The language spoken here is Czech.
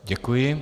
Děkuji.